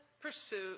pursuit